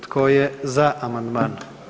Tko je za amandman?